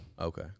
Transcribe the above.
Okay